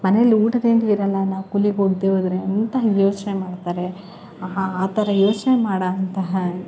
ಮನೆಯಲ್ಲಿ ಊಟ ತಿಂಡಿ ಇರೋಲ್ಲ ನಾವು ಕೂಲಿಗೆ ಹೋಗ್ದೆ ಹೋದ್ರೆ ಅಂತ ಯೋಚನೆ ಮಾಡ್ತಾರೆ ಆ ಥರ ಯೋಚನೆ ಮಾಡುವಂತಹ